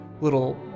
little